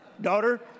Daughter